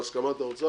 בהסכמת האוצר,